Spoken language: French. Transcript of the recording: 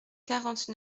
quarante